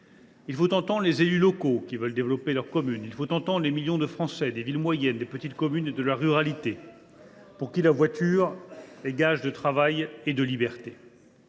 Il faut entendre les élus locaux, qui veulent développer leurs communes. Il faut entendre les millions de Français des villes moyennes, des petites communes et de la ruralité, pour qui la voiture est gage de travail et de liberté.